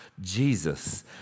Jesus